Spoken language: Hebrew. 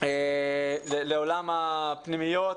לעולם הפנימיות,